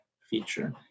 feature